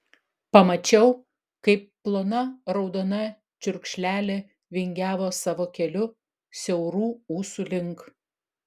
pamačiau kaip plona raudona čiurkšlelė vingiavo savo keliu siaurų ūsų link